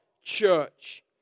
church